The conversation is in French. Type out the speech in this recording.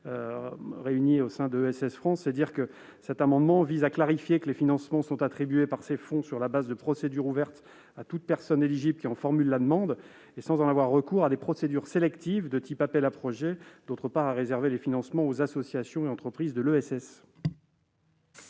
réunis au sein d'ESS France. Il vise à clarifier les choses en précisant que les financements sont attribués par ces fonds sur la base de procédures ouvertes à toute personne éligible qui en formule la demande, et sans avoir recours à des procédures sélectives de type appel à projets. Il tend par ailleurs à réserver les financements aux associations et entreprises de l'ESS.